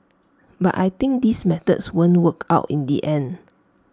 but I think these methods won't work out in the end